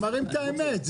מראים את האמת.